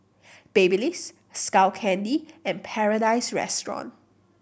Babyliss Skull Candy and Paradise Restaurant